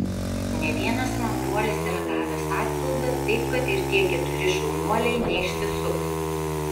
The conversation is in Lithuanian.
ne vienas mandruolis yra gavęs atpildą taip kad ir tie keturi šaunuoliai neišsisuks